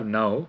now